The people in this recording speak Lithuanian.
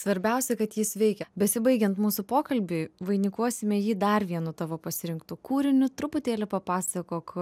svarbiausia kad jis veikia besibaigiant mūsų pokalbiui vainikuosime jį dar vienu tavo pasirinktu kūriniu truputėlį papasakok